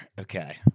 Okay